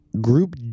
Group